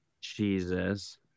Jesus